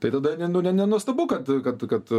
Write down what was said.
tai tada ne nu nenuostabu kad kad kad